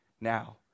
now